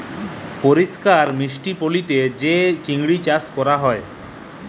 পরিষ্কার মিষ্টি পালিতে যে চিংড়ি চাস ক্যরা হ্যয়